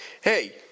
hey